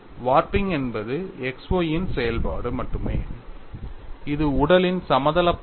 warping என்பது x y இன் செயல்பாடு மட்டுமே இது உடலின் சமதளப் பரப்பு